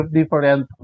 different